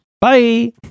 Bye